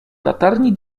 latarni